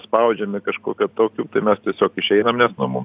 spaudžiami kažkokio tokių tai mes tiesiog išeinam nes nu mum